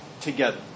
together